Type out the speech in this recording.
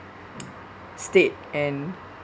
state and